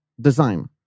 design